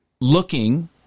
looking